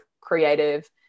creative